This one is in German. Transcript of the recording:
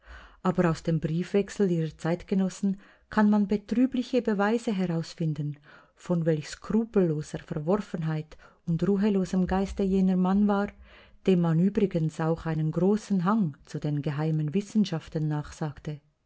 aber aus dem briefwechsel ihrer zeitgenossen kann man betrübliche beweise herausfinden von welch skrupelloser verworfenheit und ruhelosem geiste jener mann war dem man übrigens auch einen großen hang zu den geheimen wissenschaften nachsagte